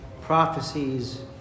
prophecies